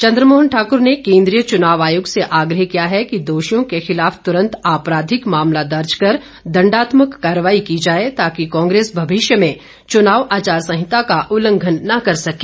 चंद्रमोहन ठाक्र ने केंद्रीय चुनाव आयोग से आग्रह किया है कि दोषियों के खिलाफ त्रंत आपराधिक मामला दर्ज कर दंडात्मक कार्रवाई की जाए ताकि कांग्रेस भविष्य में चुनाव आचार संहिता का उल्लंघन न करें